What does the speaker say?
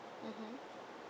mmhmm